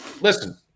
listen